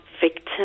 victim